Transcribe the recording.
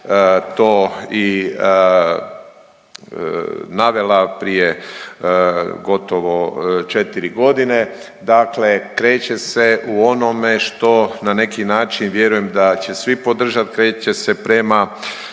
to i navela prije gotovo 4 godine. Dakle, kreće se u onome što na neki način vjerujem da će svi podržat, kreće se prema